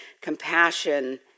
compassion